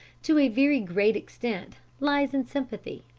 to a very great extent lies in sympathy.